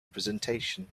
representation